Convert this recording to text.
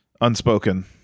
unspoken